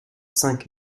cinq